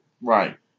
Right